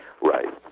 Right